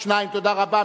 שניים, תודה רבה.